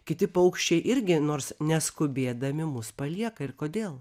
kiti paukščiai irgi nors neskubėdami mus palieka ir kodėl